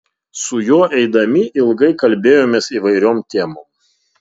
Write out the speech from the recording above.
su juo eidami ilgai kalbėjomės įvairiom temom